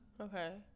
Okay